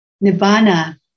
nirvana